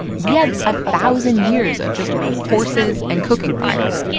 we had a thousand years of just horses and cooking fires.